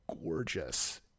gorgeous